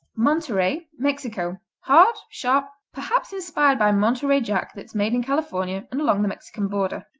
monterey mexico hard sharp perhaps inspired by montery jack that's made in california and along the mexican border.